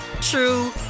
true